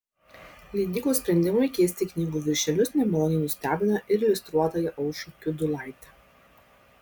leidyklų sprendimai keisti knygų viršelius nemaloniai nustebina ir iliustruotoją aušrą kiudulaitę